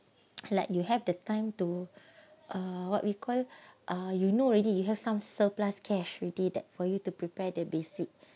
like you have the time to what we call you know already you have some surplus cash ready that for you to prepare the basic